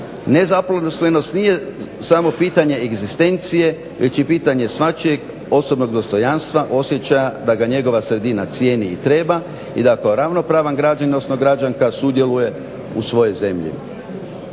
Nezaposlenost nije samo pitanje egzistencije već i pitanje svačijeg osobnog dostojanstva osjećaja da ga njegova sredina cijeni i treba i da kao ravnopravni građanin odnosno građanka sudjeluje u svojoj zemlji.